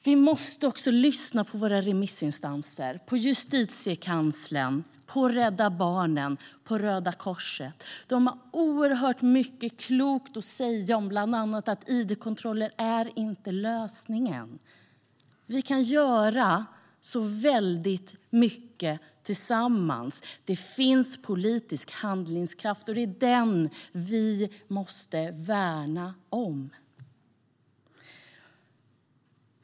Vi måste lyssna på våra remissinstanser, på Justitiekanslern, på Rädda Barnen, på Röda Korset. De har oerhört mycket klokt att säga om bland annat att id-kontroller inte är lösningen. Vi kan göra väldigt mycket tillsammans. Det finns politisk handlingskraft, och det är den som vi måste värna om.